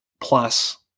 plus